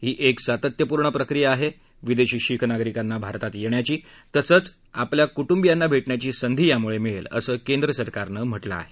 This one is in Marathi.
ही एक सातत्यपूर्ण प्रक्रिया आहे विदेशी शीख नागरिकांना भारतात येण्याची तसंच आणि आपल्या कुटुंबियाना भेटण्याची संधी मिळेल असं केंद्रसरकारनं म्हटलं आहे